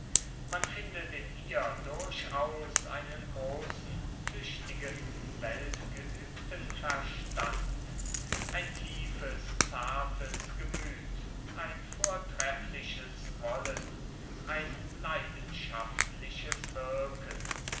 man findet in ihr durchaus einen großen tüchtigen weltgeübten verstand ein tiefes zartes gemüt ein vortreffliches wollen ein leidenschaftliches wirken